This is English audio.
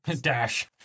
Dash